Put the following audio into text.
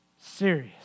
serious